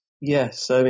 yes